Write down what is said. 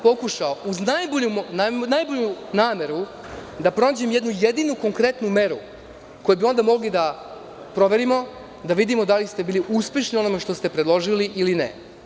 Pokušao sam, uz najbolju nameru da prođem jednu jedinu konkretnu meru koju bi onda mogli da proverimo, da vidimo da li ste bili uspešni u onome što ste predložili ili ne.